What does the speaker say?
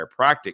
chiropractic